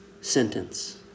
sentence